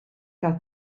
gael